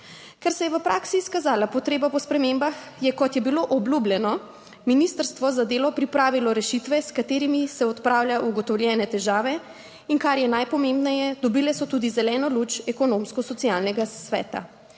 Ker se je v praksi izkazala potreba po spremembah, je, kot je bilo obljubljeno, Ministrstvo za delo pripravilo rešitve, s katerimi se odpravlja ugotovljene težave. In kar je najpomembneje, dobile so tudi zeleno luč Ekonomsko-socialnega sveta.